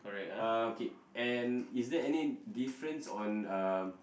uh okay and is there any difference on uh